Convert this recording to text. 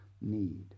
need